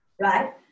right